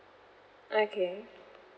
okay